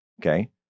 Okay